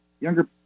Younger